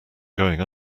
going